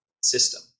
system